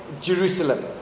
Jerusalem